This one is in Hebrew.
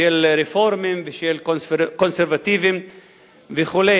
של רפורמים, ושל קונסרבטיבים וכו'.